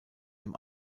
dem